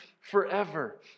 forever